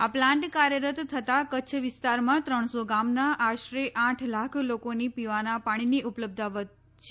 આ પ્લાન્ટ કાર્યરત થતાં કચ્છ વિસ્તારમાં ત્રણસો ગામના આશરે આઠ લાખ લોકોની પીવાના પાણીની ઉપલબ્ધતા વધશે